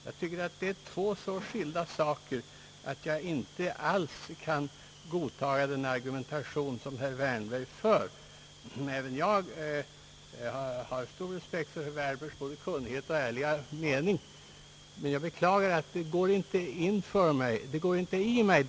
Jag tycker att det är två så skilda saker, att jag inte alls kan godta den argumentering som herr Wärnberg anför. Liksom herr Jacobsson har jag stor respekt för herr Wärnbergs kunnighet och ärliga mening. Men jag beklagar att det resonemang som han för inte går i mig.